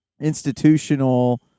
institutional